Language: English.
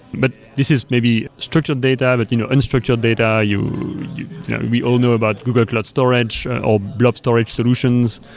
but this is maybe structured data, but you know unstructured data, you know we all know about google cloud storage or blob storage solutions.